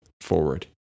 forward